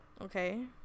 Okay